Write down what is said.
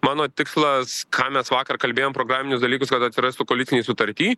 mano tikslas ką mes vakar kalbėjom programinius dalykus kad atsirastų koalicinėj sutarty